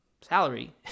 salary